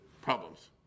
problems